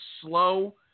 slow